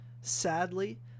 sadly